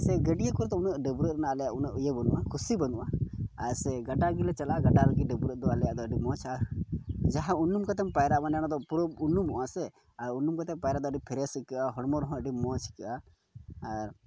ᱟᱨ ᱥᱮ ᱜᱟᱹᱰᱭᱟᱹ ᱠᱚᱨᱮ ᱫᱚ ᱩᱱᱟᱹᱜ ᱰᱟᱹᱵᱽᱨᱟᱹ ᱠᱚᱨᱮᱱᱟᱜ ᱟᱞᱮᱭᱟᱜ ᱩᱱᱟᱹᱜ ᱤᱭᱟᱹ ᱵᱟᱹᱱᱩᱜᱼᱟ ᱠᱩᱥᱤ ᱵᱟᱹᱱᱩᱜᱼᱟ ᱟᱨ ᱥᱮ ᱜᱟᱰᱟ ᱨᱮᱜᱮᱞᱮ ᱪᱟᱞᱟᱜᱼᱟ ᱜᱟᱰᱟ ᱨᱮᱜᱮ ᱰᱟᱹᱵᱽᱨᱟᱹᱜ ᱫᱚ ᱟᱞᱮᱭᱟᱜ ᱫᱚ ᱟᱹᱰᱤ ᱢᱚᱡᱽᱼᱟ ᱡᱟᱦᱟᱸ ᱩᱱᱩᱢ ᱠᱟᱛᱮᱢ ᱯᱟᱭᱨᱟᱜᱼᱟ ᱯᱩᱨᱟᱹᱢ ᱩᱱᱩᱢᱚᱜᱼᱟ ᱥᱮ ᱟᱨ ᱩᱱᱩᱢ ᱠᱟᱛᱮᱫ ᱯᱟᱭᱨᱟ ᱫᱚ ᱟᱹᱰᱤ ᱯᱷᱨᱮᱥ ᱟᱹᱭᱠᱟᱹᱜᱼᱟ ᱦᱚᱲᱢᱚ ᱨᱮᱦᱚᱸ ᱟᱹᱰᱤ ᱢᱚᱡᱽ ᱟᱹᱭᱠᱟᱹᱜᱼᱟ ᱟᱨ